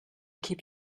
keep